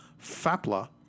FAPLA